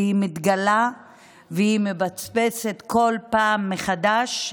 והיא מתגלה ומבצבצת בכל פעם מחדש,